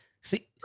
See